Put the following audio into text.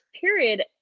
period